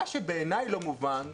מה שבעיניי לא מובן,